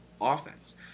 offense